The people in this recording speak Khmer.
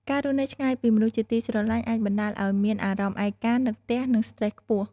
ការរស់នៅឆ្ងាយពីមនុស្សជាទីស្រលាញ់អាចបណ្ដាលឱ្យមានអារម្មណ៍ឯកា នឹកផ្ទះ និងស្ត្រេសខ្ពស់ ។